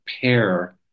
pair